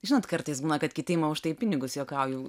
žinot kartais būna kad kiti ima už tai pinigus juokauju